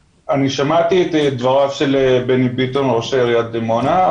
שמעתי את דבריו של בני ביטון ראש עירית דימונה,